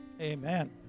Amen